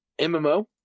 MMO